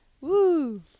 Woo